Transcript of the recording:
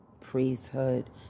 priesthood